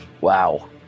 Wow